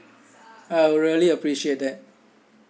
I really appreciate that